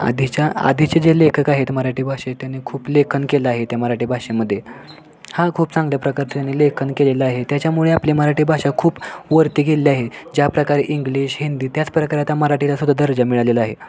आधीच्या आधीचे जे लेखक आहेत मराठी भाषे त्याने खूप लेखन केलं आहे त्या मराठी भाषेमदेध्ये हा खूप चांगल्या प्रकारे त्याने लेखन केलेलं आहे त्याच्यामुळे आपली मराठी भाषा खूप वरती गेलेली आहे ज्या प्रकारे इंग्लिश हिंदी त्याच प्रकारे आता मराठीला सुद्धा दर्जा मिळालेला आहे